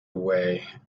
away